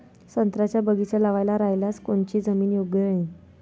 संत्र्याचा बगीचा लावायचा रायल्यास कोनची जमीन योग्य राहीन?